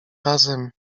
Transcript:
razem